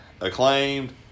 acclaimed